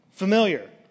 familiar